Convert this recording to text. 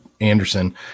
Anderson